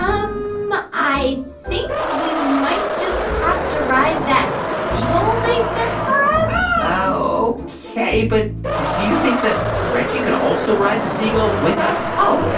um i think we might just have to ride that seagull they sent for us ok. but do you think that reggie could also ride the seagull with us? oh,